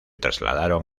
trasladaron